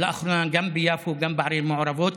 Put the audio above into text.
לאחרונה גם ביפו, גם בערים מעורבות,